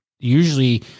Usually